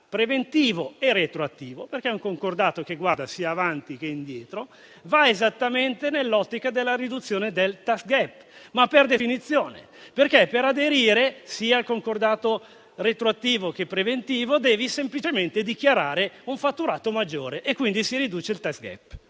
preventivo è retroattivo, perché è un concordato che guarda sia avanti che indietro, e va esattamente e per definizione nell'ottica della riduzione del *tax gap*. Per aderire infatti sia al concordato retroattivo che preventivo devi semplicemente dichiarare un fatturato maggiore e quindi si riduce il *tax gap*.